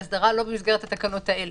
וההסדרה היא לא במסגרת התקנות האלה.